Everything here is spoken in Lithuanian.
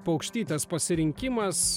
paukštytės pasirinkimas